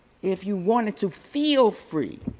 if you wanted to feel free